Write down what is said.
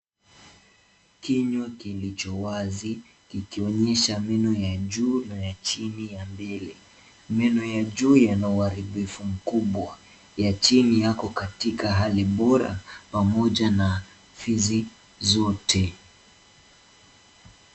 Kinywa kilicho wazi kikionyesha meno ya juu na ya chini ya mbele. Meno ya juu yana uharibifu mkubwa. Ya chini yako katika hali bora pamoja na fizi zote.